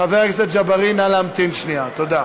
חבר הכנסת ג'בארין, נא להמתין שנייה, תודה.